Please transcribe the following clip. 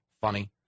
funny